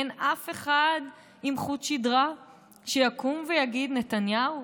אין אף אחד עם חוט שדרה שיקום ויגיד: נתניהו,